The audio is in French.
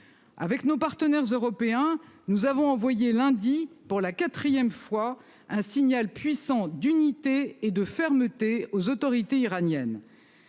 Avec nos partenaires européens. Nous avons envoyé lundi pour la 4ème fois un signal puissant d'unité et de fermeté aux autorités iraniennes.